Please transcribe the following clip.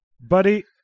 Buddy